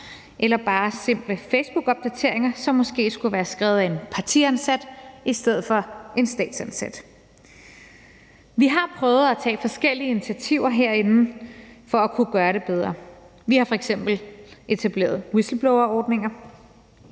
eller bare simple facebookopdateringer, som måske skulle være skrevet af partiansat i stedet for en statsansat. Vi har prøvet at tage forskellige initiativer herinde for at kunne gøre det bedre, vi har f.eks. etableret whistleblowerordninger.